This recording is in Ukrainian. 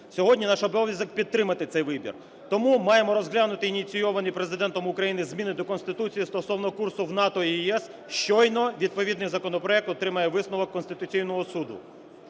Сьогодні наш обов'язок – підтримати цей вибір. Тому маємо розглянути ініційовані Президентом України зміни до Конституції стосовно курсу в НАТО і ЄС, щойно відповідний законопроект отримає висновок Конституційного Суду.